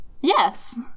Yes